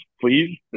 please